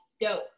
dope